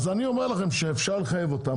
אז אני אומר לכם שאפשר לחייב אותם,